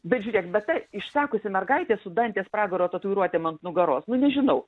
bet žiūrėk bet ta išsekusi mergaitė su dantės pragaro tatuiruotėm ant nugaros nu nežinau